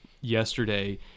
yesterday